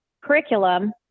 curriculum